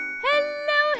hello